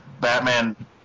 Batman